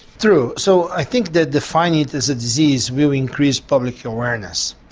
true so i think that defining it as a disease will increase public awareness.